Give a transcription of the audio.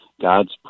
God's